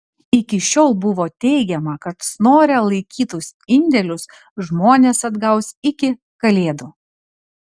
iki šiol buvo teigiama kad snore laikytus indėlius žmonės atgaus iki kalėdų